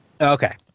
Okay